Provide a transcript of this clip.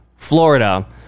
Florida